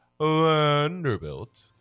Vanderbilt